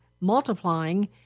multiplying